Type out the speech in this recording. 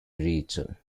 region